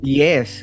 yes